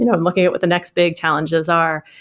you know i'm looking at what the next big challenges are.